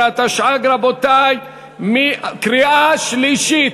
13), התשע"ג 2013, רבותי, קריאה שלישית.